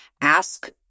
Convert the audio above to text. ask